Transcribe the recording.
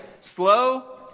Slow